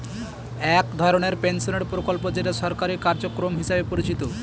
এক ধরনের পেনশনের প্রকল্প যেটা সরকারি কার্যক্রম হিসেবে পরিচিত